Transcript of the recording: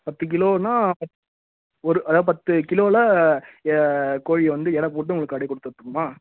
பத்து கிலோன்னால் பத் ஒரு அதாவது பத்து கிலோவில் ஏ கோழியை வந்து எடை போட்டு உங்களுக்கு அப்படியே கொடுத்துட்ருவோமா